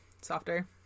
softer